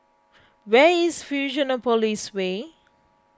where is Fusionopolis Way